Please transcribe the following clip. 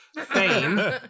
Fame